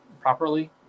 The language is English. properly